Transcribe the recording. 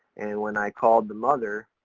and when i called the mother,